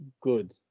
good